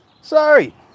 Sorry